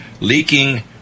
leaking